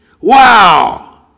Wow